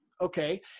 okay